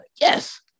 yes